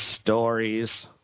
stories